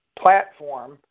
platform